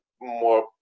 more